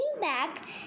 back